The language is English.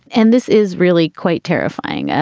and this is really quite terrifying.